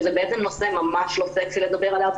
שזה נושא ממש לא סקסי לדבר עליו,